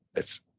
it's,